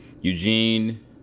Eugene